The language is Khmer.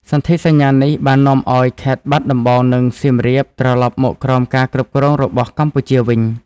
សន្ធិសញ្ញានេះបាននាំឲ្យខេត្តបាត់ដំបង និងសៀមរាបត្រលប់មកក្រោមការគ្រប់គ្រងរបស់កម្ពុជាវិញ។